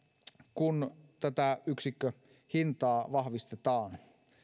kun tätä yksikköhintaa vahvistetaan